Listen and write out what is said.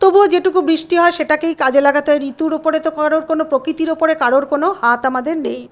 তবুও যেটুকু বৃষ্টি হয় সেটাকেই কাজে লাগাতে হয় ঋতুর উপরে তো কারোর কোনো প্রকৃতির উপরে কারোর কোনো হাত আমাদের নেই